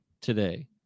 today